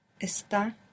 Está